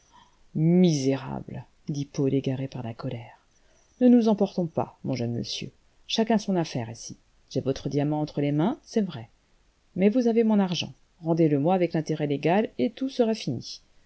misérable dit paul égaré par la colère ne nous emportons pas mon jeune monsieur chacun son affaire ici j'ai votre diamant entre les mains c'est vrai mais vous avez mon argent rendez-le-moi avec l'intérêt légal et tout sera lini